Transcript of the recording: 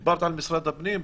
את דיברת על משרד הפנים?